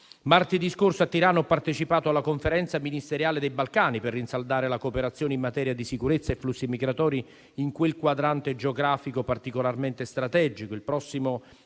Martedì scorso a Tirana ho partecipato alla Conferenza ministeriale dei Balcani, per rinsaldare la cooperazione in materia di sicurezza e flussi migratori in quel quadrante geografico particolarmente strategico.